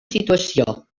situació